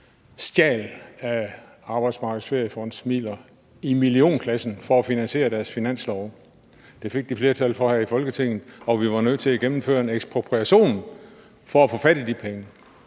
stjal Arbejdsmarkedets Feriefonds midler, et tyveri i millionklassen, for at finansiere deres finanslov. Det fik de flertal for her i Folketinget, og vi var nødt til at gennemføre en ekspropriation for at få fat i de penge.